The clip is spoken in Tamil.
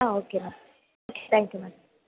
ah okay ma'am okay thank you ma'am